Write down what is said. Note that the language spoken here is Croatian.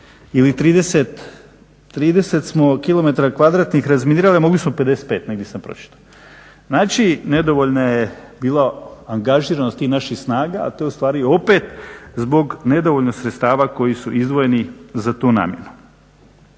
kvadratnih razminirali a mogli smo 55, negdje sam pročitao. Znači, nedovoljna je bila angažiranost tih naših snaga a to je ustvari opet zbog nedovoljno sredstava koji su izdvojeni za tu namjenu.